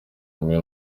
hamwe